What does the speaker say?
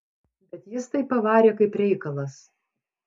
bet jis tai pavarė kaip reikalas